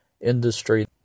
industry